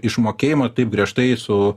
išmokėjimą taip griežtai su